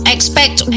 Expect